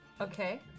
Okay